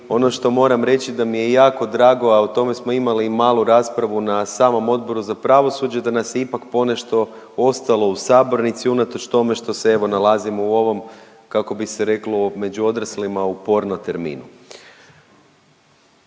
ono što moram reći da mi je jako drago, a o tome smo imali i malu raspravu na samom Odboru za pravosuđe da nas je ipak ponešto ostalo u sabornici unatoč tome što se evo nalazimo u ovom, kako bi se reklo među odraslima, u porno terminu.